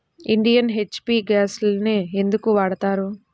Indian, HP గ్యాస్లనే ఎందుకు వాడతాము?